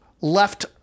left